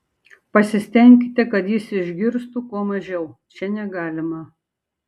pasistenkite kad jis išgirstų kuo mažiau čia negalima